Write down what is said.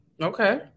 Okay